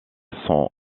son